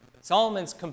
Solomon's